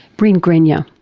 brin grenyer.